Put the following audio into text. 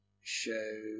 show